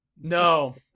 No